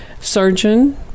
surgeon